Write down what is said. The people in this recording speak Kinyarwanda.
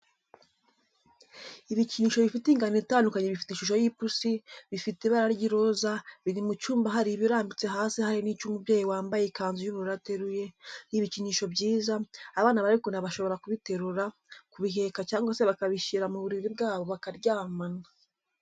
Ibikinisho bifite ingano itandukanye bifite ishusho y'ipusi, bifite ibara ry'iroza, biri mu cyumba hari ibirambitse hasi hari n'icyo umubyeyi wambaye ikanzu y'ubururu ateruye, ni ibikinisho byiza, abana barabikunda bashobora kubiterura, kubiheka cyangwa se bakabishyira mu buriri bwabo bakaryamana.